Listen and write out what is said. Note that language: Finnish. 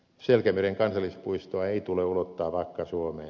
selkämeren kansallispuistoa ei tule ulottaa vakka suomeen